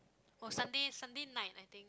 or Sunday Sunday night I think